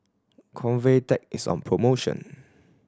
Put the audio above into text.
Convatec is on promotion